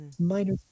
minor